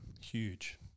Huge